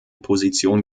position